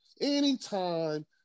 Anytime